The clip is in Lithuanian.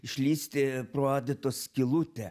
išlįsti pro adatos skylutę